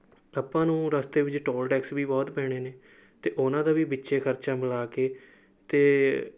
ਆਪਾਂ ਨੂੰ ਰਸਤੇ ਵਿੱਚ ਟੋਲ ਟੈਕਸ ਵੀ ਬਹੁਤ ਪੈਣੇ ਨੇ ਅਤੇ ਉਹਨਾਂ ਦਾ ਵੀ ਵਿੱਚ ਖਰਚਾ ਮਿਲਾ ਕੇ ਅਤੇ